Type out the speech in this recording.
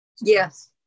Yes